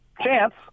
Chance